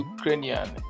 Ukrainian